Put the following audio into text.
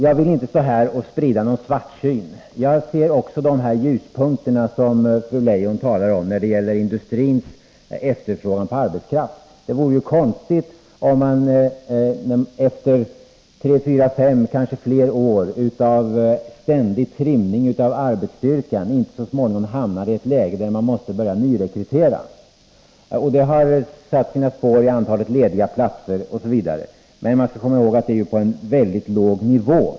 Jag vill inte här sprida någon svartsyn. Jag ser också ljuspunkterna som fru Leijon talade om när det gäller industrins efterfrågan på arbetskraft. Det vore ju konstigt om man efter tre fyra fem eller kanske flera år av ständig trimning av arbetsstyrkan inte så småningom hamnade i ett läge där man måste börja nyrekrytera. Detta har satt sina spår i antalet lediga platser osv. Man skall emellertid komma ihåg att det är på en mycket låg nivå.